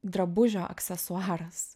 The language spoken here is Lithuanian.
drabužio aksesuaras